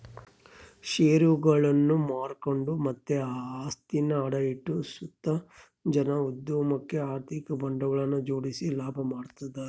ಷೇರುಗುಳ್ನ ಮಾರ್ಕೆಂಡು ಮತ್ತೆ ಆಸ್ತಿನ ಅಡ ಇಟ್ಟು ಸುತ ಜನ ಉದ್ಯಮುಕ್ಕ ಆರ್ಥಿಕ ಬಂಡವಾಳನ ಜೋಡಿಸಿ ಲಾಭ ಮಾಡ್ತದರ